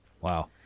Wow